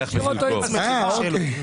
זה העניין.